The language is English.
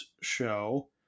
show